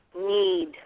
need